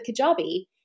Kajabi